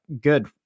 good